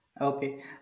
okay